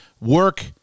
work